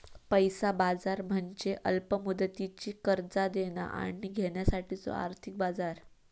पैसा बाजार म्हणजे अल्प मुदतीची कर्जा देणा आणि घेण्यासाठीचो आर्थिक बाजार